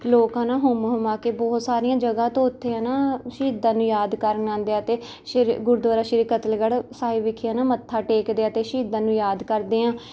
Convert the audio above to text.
ਅਤੇ ਲੋਕ ਹੈ ਨਾ ਹੁੰਮ ਹੁੰਮਾ ਕੇ ਬਹੁਤ ਸਾਰੀਆਂ ਜਗ੍ਹਾ ਤੋਂ ਇੱਥੇ ਹੈ ਨਾ ਸ਼ਹੀਦਾਂ ਨੂੰ ਯਾਦ ਕਰਨ ਆਉਂਦੇ ਆ ਅਤੇ ਸ਼੍ਰੀ ਗੁਰਦੁਆਰਾ ਸ਼੍ਰੀ ਕਤਲਗੜ੍ਹ ਸਾਹਿਬ ਵਿੱਖੇ ਹੈ ਨਾ ਮੱਥਾ ਟੇਕਦੇ ਆ ਅਤੇ ਸ਼ਹੀਦਾਂ ਨੂੰ ਯਾਦ ਕਰਦੇ ਆ